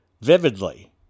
vividly